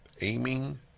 Aiming